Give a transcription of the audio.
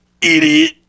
Idiot